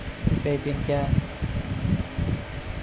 UPI PIN क्या है?